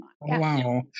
wow